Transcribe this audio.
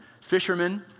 fishermen